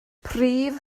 prif